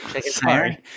Sorry